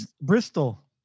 Bristol